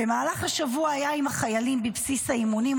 במהלך השבוע הוא היה עם חיילים בבסיס האימונים,